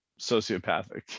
sociopathic